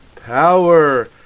Power